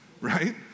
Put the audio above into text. right